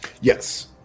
Yes